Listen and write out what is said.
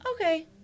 Okay